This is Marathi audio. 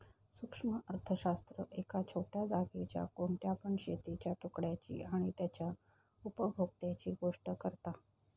सूक्ष्म अर्थशास्त्र एका छोट्या जागेवरच्या कोणत्या पण शेतीच्या तुकड्याची आणि तेच्या उपभोक्त्यांची गोष्ट करता